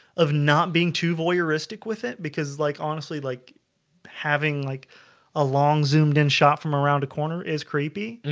of not being too voyeuristic with it because it's like honestly like having like a long zoomed in shot from around a corner is creepy and